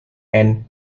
and